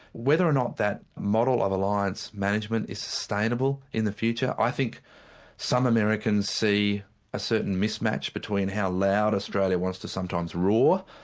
whether or not that model of alliance management is sustainable in the future, i think some americans see a certain mismatch between how loud australia was to sometimes roar,